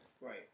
Right